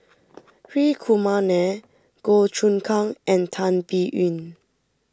Hri Kumar Nair Goh Choon Kang and Tan Biyun